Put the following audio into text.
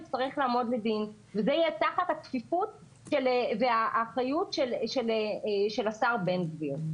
יצטרך לעמוד לדין וזה יהיה תחת הכפיפות והאחריות של השר בן גביר.